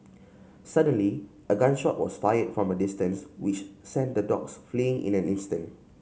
suddenly a gun shot was fired from a distance which sent the dogs fleeing in an instant